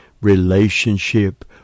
relationship